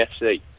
FC